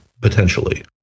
potentially